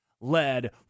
led